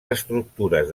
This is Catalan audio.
estructures